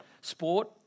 Sport